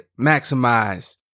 maximize